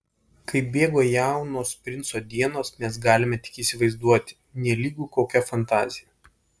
kaip bėgo jaunos princo dienos mes galime tik įsivaizduoti nelygu kokia fantazija